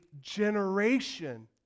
generation